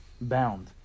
bound